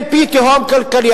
אל פי תהום כלכלית.